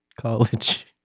college